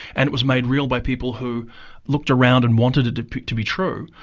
and it was made real by people who looked around and wanted it to to be true,